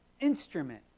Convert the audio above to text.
Instrument